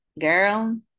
girl